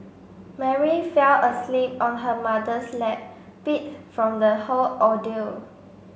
Mary fell asleep on her mother's lap beat from the whole ordeal